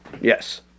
Yes